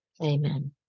Amen